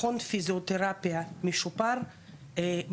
מכון פיזיוטרפיה משופר,